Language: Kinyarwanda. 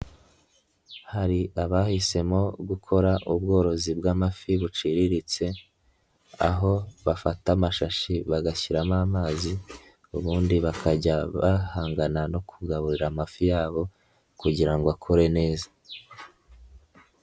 Hari abahisemo gukora ubworozi bw'amafi buciriritse, aho bafata amashashi bagashyiramo amazi ubundi bakajya bahangana no kugaburira amafi yabo kugira ngo akure neza.